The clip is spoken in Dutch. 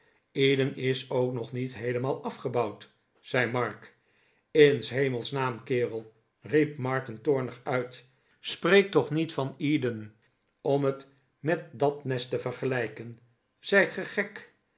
eden is ook nog niet heelemaal afgebouwd zei mark ln s hemels naam kerel riep martin toornig uit spreek toch niet van eden om het met dat nest te vergelijken zijt ge gek